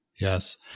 Yes